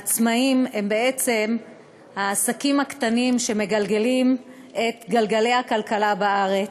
העצמאים הם בעצם העסקים הקטנים שמגלגלים את גלגלי הכלכלה בארץ.